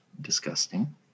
disgusting